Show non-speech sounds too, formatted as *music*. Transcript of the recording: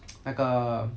*noise* 那个